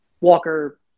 Walker